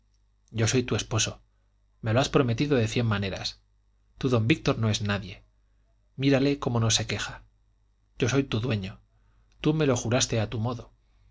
yo soy tu esposo me lo has prometido de cien maneras tu don víctor no es nadie mírale como no se queja yo soy tu dueño tú me lo juraste a tu modo